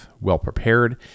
well-prepared